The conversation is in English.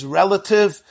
relative